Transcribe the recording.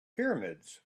pyramids